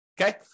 Okay